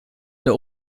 der